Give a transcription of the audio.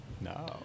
No